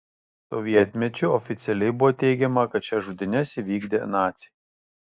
sovietmečiu oficialiai buvo teigiama kad šias žudynes įvykdė naciai